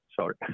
Sorry